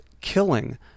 killing